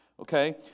Okay